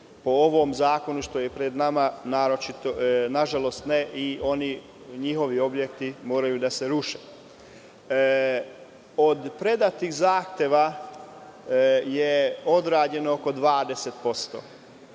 Po ovom zakonu koji je pred nama, nažalost, ne i njihovi objekti moraju da se ruše.O predatih zahteva odrađeno je oko 20%.